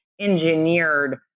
engineered